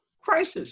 crisis